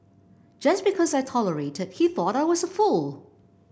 just because I tolerated he thought I was a fool